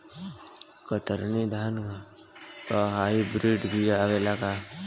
कतरनी धान क hybrid बिया आवेला का?